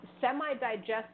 semi-digested